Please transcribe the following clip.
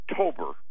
October